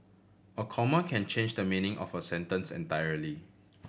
a comma can change the meaning of a sentence entirely